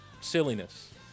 silliness